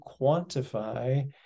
quantify